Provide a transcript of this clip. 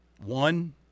One